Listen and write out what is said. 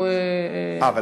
אין לי תשובה.